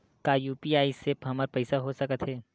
का यू.पी.आई से हमर पईसा हो सकत हे?